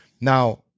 Now